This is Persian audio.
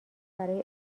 برای